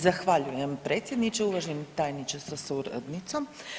Zahvaljujem predsjedniče, uvaženi tajniče sa suradnicom.